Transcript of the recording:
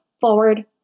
forward